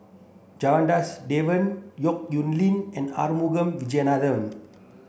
Janadas Devan Yong Nyuk Lin and Arumugam Vijiaratnam